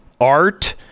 art